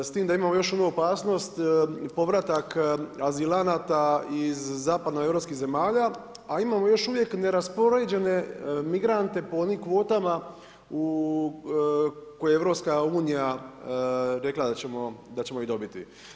S tim da imamo još onu opasnost, povratak azilanata iz zapadno europskih zemalja, a imamo još uvijek neraspoređene migrante po onim kvotama koja EU rekla da ćemo ih dobiti.